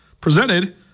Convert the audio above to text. presented